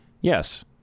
yes